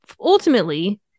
ultimately